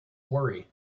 worry